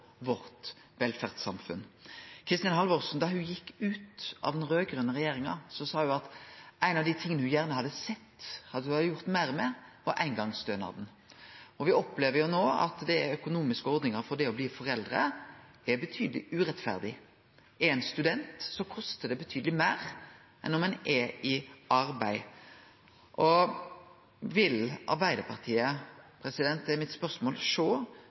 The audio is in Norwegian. vårt velferdssamfunn. Da Kristin Halvorsen gjekk ut av den raud-grøne regjeringa, sa ho at ein av dei tinga ho gjerne hadde sett at ho hadde gjort meir med, var eingongsstønaden. Vi opplever no at den økonomiske ordninga for det å bli foreldre er betydeleg urettferdig. Er ein student, så kostar det betydeleg meir enn om ein er i arbeid. Vil Arbeidarpartiet – det er mitt spørsmål – sjå